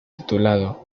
titulado